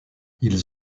ils